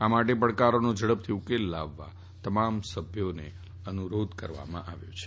આ માટે પડકારોનો ઝડપથી ઉકેલ લાવવા તમામ સભ્યોને અનુરોધ કરવામાં આવ્યો છે